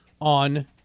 on